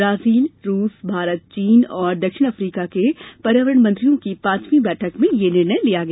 Brazil रूस भारत चीन और दक्षिण अफ्रीका के पर्यावरण मंत्रियों की पांचवीं बैठक में यह निर्णय लिया गया